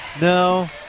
No